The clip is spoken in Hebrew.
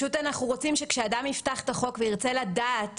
אנחנו רוצים, כשאדם יפתח את החוק וירצה לדעת